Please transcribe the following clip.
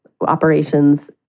operations